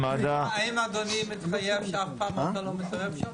האם אדוני מתחייב שאף פעם אתה לא מתערב שם?